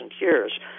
years